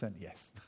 yes